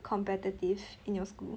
competitive in your school